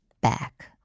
back